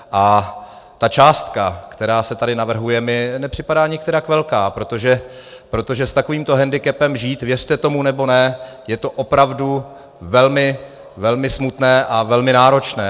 A ta částka, která se tady navrhuje, mi nepřipadá nikterak velká, protože s takovýmto hendikepem žít, věřte tomu nebo ne, je opravdu velmi smutné a velmi náročné.